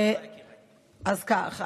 אז כך,